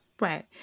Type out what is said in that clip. Right